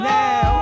now